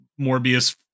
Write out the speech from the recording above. Morbius